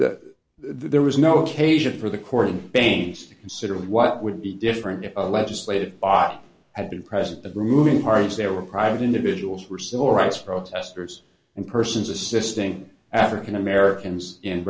that there was no occasion for the court of pains to consider what would be different if a legislative body had been present at removing parties there were private individuals were civil rights protesters and persons assisting african americans in